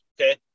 Okay